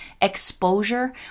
Exposure